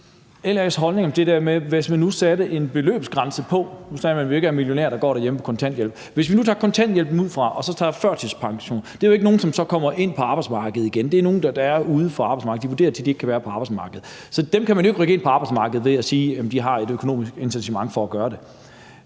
vi jo ikke om millionærer, der går derhjemme på kontanthjælp. Lad os sige, vi nu tager kontanthjælpen ud og så tager førtidspensionen. Det er jo ikke nogen, som så kommer ind på arbejdsmarkedet igen. Det er nogle, der er ude af arbejdsmarkedet, de er vurderet til ikke at kunne være på arbejdsmarkedet, så dem kan man jo ikke rykke ind på arbejdsmarkedet ved at sige, at de har et økonomisk incitament for at komme